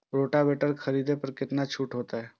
Rotavator के खरीद पर केतना छूट होते?